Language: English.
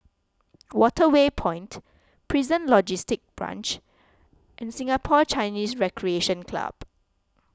Waterway Point Prison Logistic Branch and Singapore Chinese Recreation Club